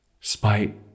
spite